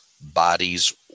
bodies